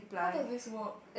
how does this work